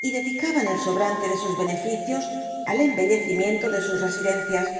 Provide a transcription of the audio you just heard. y dedicaban el sobrante de sus beneficios al embellecimiento de sus residencias